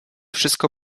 wszystko